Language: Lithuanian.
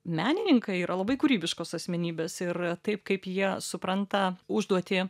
menininkai yra labai kūrybiškos asmenybės ir taip kaip jie supranta užduotį